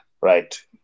right